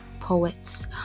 poets